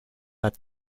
had